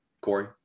Corey